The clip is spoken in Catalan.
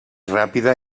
ràpida